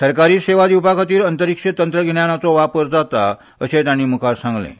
सरकारी सेवा दिवपा खातीर अंतरीक्ष तंत्रगिन्यानाचो वापर जाता अशेंय तांणी मुखार सांगलें